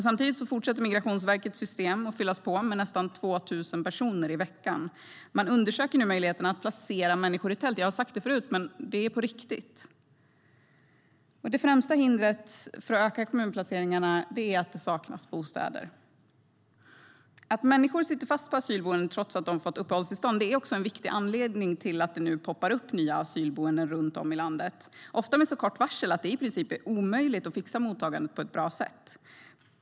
Samtidigt fortsätter Migrationsverkets system att fyllas på med nästan 2 000 personer i veckan. Man undersöker nu möjligheterna att placera människor i tält - jag har sagt det förut, men det är på riktigt. Det främsta hindret för att öka kommunplaceringarna är att det saknas bostäder. Att människor sitter fast på asylboenden trots att de fått uppehållstillstånd är också en viktig anledning till att det nu poppar upp nya asylboenden runt om i landet. Ofta sker det med så kort varsel att det i princip är omöjligt att fixa mottagandet på ett bra sätt.